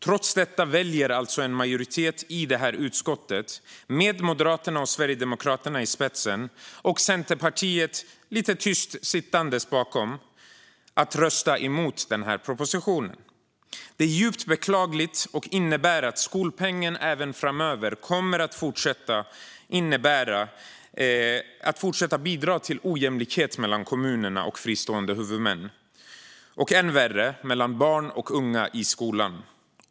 Trots detta väljer alltså en majoritet i detta utskott, med Moderaterna och Sverigedemokraterna i spetsen och med Centerpartiet sittande lite tyst bakom, att rösta emot denna proposition. Det är djupt beklagligt och innebär att skolpengen även framöver kommer att fortsätta att bidra till ojämlikhet mellan kommunerna och fristående huvudmän - och än värre, mellan barn och unga i skolan.